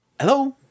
Hello